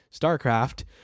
StarCraft